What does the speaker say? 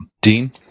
Dean